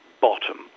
bottom